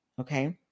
okay